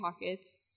pockets